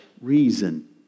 reason